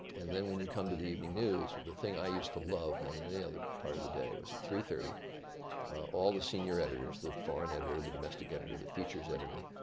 and then when you come to the evening news, the thing i used to love more than any other part of the day was at three thirty all the senior editors, the foreign editor, the domestic editor, the features editor,